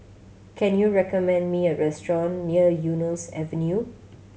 can you recommend me a restaurant near Eunos Avenue